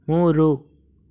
ಮೂರು